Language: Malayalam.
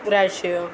ഒരു ആഴ്ച്ചയോ